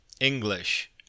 English